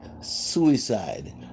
suicide